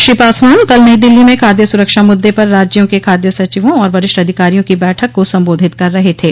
श्री पासवान कल नई दिल्ली में खाद्य सुरक्षा मुद्दे पर राज्यों के खाद्य सचिवों और वरिष्ठ अधिकारियों की बैठक को संबोधित कर रहे थे